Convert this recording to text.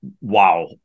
wow